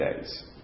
days